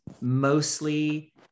mostly